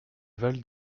val